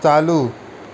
चालू